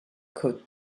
caught